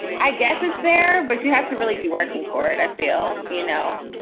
i guess it's there, but you have to really be working for it. i feel, you know,